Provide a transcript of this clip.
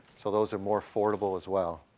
so those are more affordable as well.